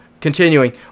Continuing